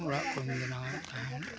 ᱚᱲᱟᱜ ᱠᱚᱧ ᱵᱮᱱᱟᱣᱮᱫ ᱛᱟᱦᱮᱫ